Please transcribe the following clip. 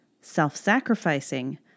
self-sacrificing